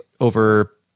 over